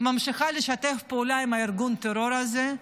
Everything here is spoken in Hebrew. ממשיכה לשתף פעולה עם ארגון הטרור הזה?